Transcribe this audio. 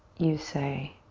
you say?